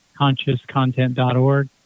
consciouscontent.org